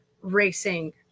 racing